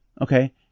Okay